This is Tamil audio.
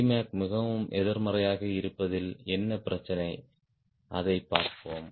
Cmac மிகவும் எதிர்மறையாக இருப்பதில் என்ன பிரச்சினை அதைப் பார்ப்போம்